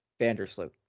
Vandersloot